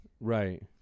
Right